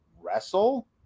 wrestle